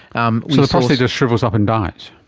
um so the prostate just shrivels up and dies,